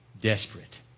desperate